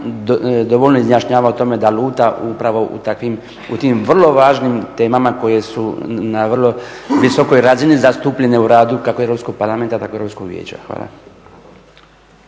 dovoljno izjašnjava o tome da luta upravo u tim vrlo važnim temama koje su na vrlo visokoj razini zastupljene u radu kako Europskog parlamenta tako i Europskog vijeća. Hvala.